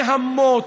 נהמות,